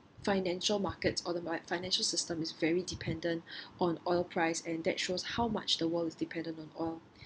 financial markets or the financial system is very dependent on oil price and that shows how much the world is dependent on oil